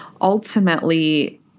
ultimately